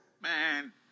Man